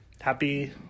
Happy